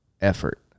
effort